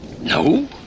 No